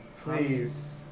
please